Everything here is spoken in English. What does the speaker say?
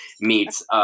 meets